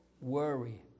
Worry